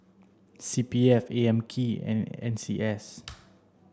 C P F A M K and N C S